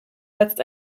setzt